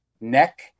neck